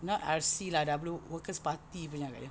not R_C lah Workers Party punya agaknya